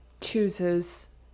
chooses